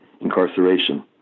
incarceration